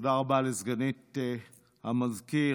תודה רבה לסגנית המזכיר.